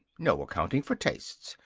no accounting for tastes!